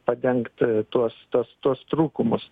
padengt tuos tos tuos trūkumus